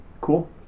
Cool